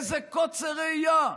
איזה קוצר ראייה.